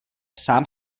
sám